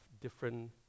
different